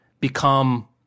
become